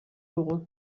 dugu